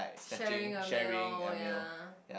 sharing a meal ya